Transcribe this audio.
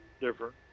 different